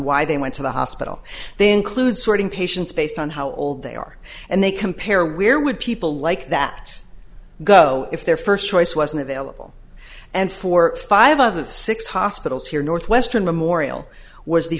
why they went to the hospital they include sorting patients based on how old they are and they compare where would people like that go if their first choice wasn't available and for five of the six hospitals here northwestern memorial was the